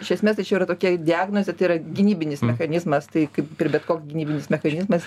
iš esmės tai čia yra tokia diagnozė tai yra gynybinis mechanizmas tai kaip ir bet koks gynybinis mechanizmas